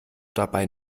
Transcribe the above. dabei